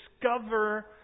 discover